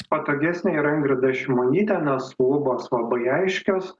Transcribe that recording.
patogesnė yra ingrida šimonytė nes lubos labai aiškios